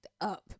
up